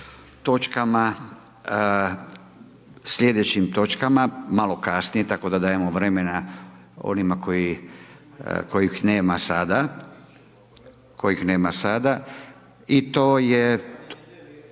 točkama, sljedećim točkama, malo kasnije, tako da dajemo vremena onima kojih, kojih nema sada, kojih